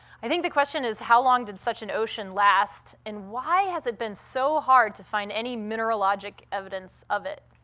i think the question is, how long did such an ocean last and why has it been so hard to find any mineralogic evidence of it?